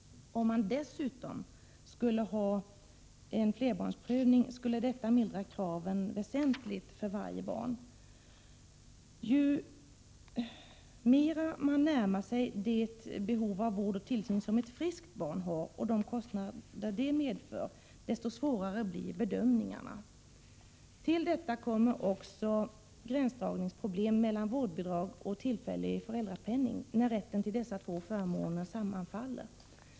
Om man dessutom hade en flerbarnsprövning skulle det mildra kraven väsentligt för varje barn. Ju mer man närmar sig det behov av vård och tillsyn som ett friskt barn har samt de kostnader de medför, desto svårare blir bedömningarna. Till detta kommer också gränsdragningsproblem mellan vårdbidrag och tillfällig föräldrapenning, när rätten till dessa två förmåner sammanfaller.